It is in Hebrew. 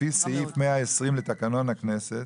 לפי סעיף 120 לתקנון הכנסת